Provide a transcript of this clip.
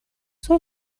свой